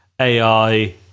AI